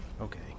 Okay